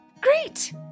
Great